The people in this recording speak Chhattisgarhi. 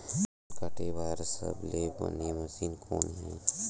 धान काटे बार सबले बने मशीन कोन हे?